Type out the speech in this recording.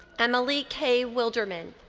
emily k. wilderman.